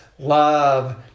love